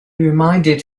reminded